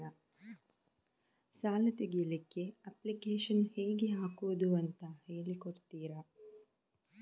ಸಾಲ ತೆಗಿಲಿಕ್ಕೆ ಅಪ್ಲಿಕೇಶನ್ ಹೇಗೆ ಹಾಕುದು ಅಂತ ಹೇಳಿಕೊಡ್ತೀರಾ?